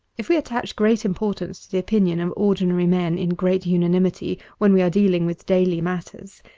if we attach great importance to the opinion of ordinary men in great unanimity when we are dealing with daily matters,